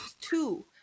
two